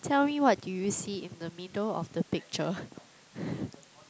tell me what do you see in the middle of the picture